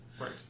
right